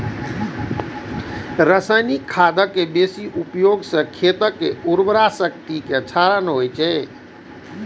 रासायनिक खादक बेसी उपयोग सं खेतक उर्वरा शक्तिक क्षरण होइ छै